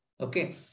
Okay